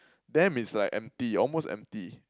damn is like empty almost empty